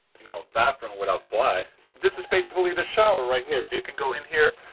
you know, bathroom without flies this is basically the shower right here, so you can go in here,